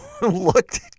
looked